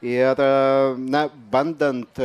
ir na bandant